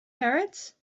parrots